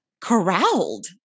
corralled